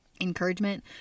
Encouragement